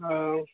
हां